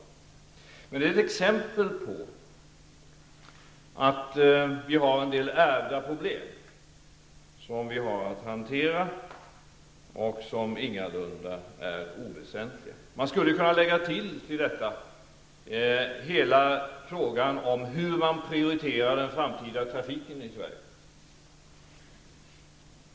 Den här frågan är ett exempel på att vi har en del ärvda problem, som vi har att hantera och som ingalunda är oväsentliga. Man skulle till detta kunna lägga hela frågan om hur man prioriterar den framtida trafiken i Sverige.